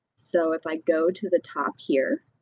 so if i go to the top here,